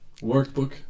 workbook